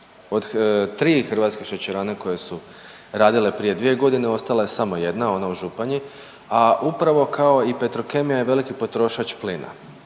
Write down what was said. Od 3 hrvatske šećerane koje su radile prije 2 godine, ostala je samo jedna, ona u Županji, a upravo kao i Petrokemija je veliki potrošač plina.